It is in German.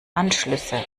anschlüsse